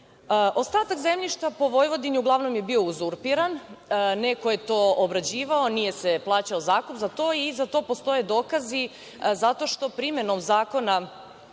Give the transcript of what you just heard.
nivou. Ostatak zemljišta po Vojvodini uglavnom je bio uzurpiran, neko je to obrađivao, nije se plaćao zakup za to i za to postoje dokazi zato što primenom Zakona